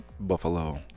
Buffalo